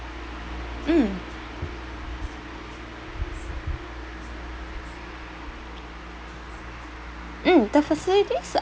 mm mm the facilities